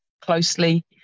closely